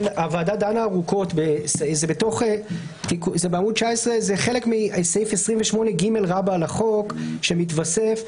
זה חלק מסעיף 28ג רבה לחוק שמתווסף.